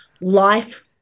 life